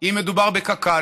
אם מדובר בקק"ל,